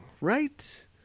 right